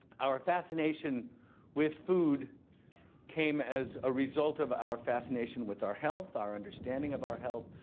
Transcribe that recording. our fascination with food came as a result of our fascination with our health, our understanding of our health,